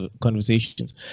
conversations